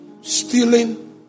stealing